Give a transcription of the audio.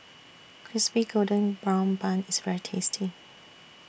Crispy Golden Brown Bun IS very tasty